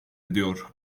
ediyor